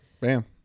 bam